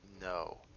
No